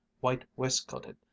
white-waistcoated